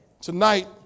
tonight